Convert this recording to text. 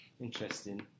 Interesting